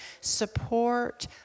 support